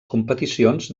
competicions